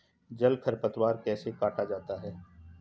जल खरपतवार कैसे काटा जाता है?